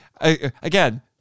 Again